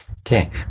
Okay